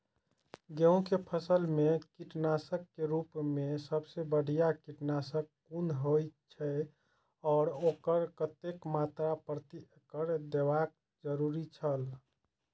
गेहूं के फसल मेय कीटनाशक के रुप मेय सबसे बढ़िया कीटनाशक कुन होए छल आ ओकर कतेक मात्रा प्रति एकड़ देबाक जरुरी छल?